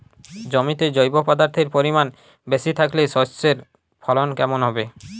জমিতে জৈব পদার্থের পরিমাণ বেশি থাকলে শস্যর ফলন কেমন হবে?